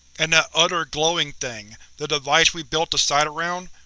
and that other glowing thing, the device we built the site around?